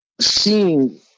seeing